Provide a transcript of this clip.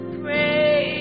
pray